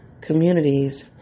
communities